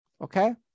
Okay